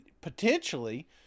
potentially –